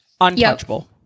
untouchable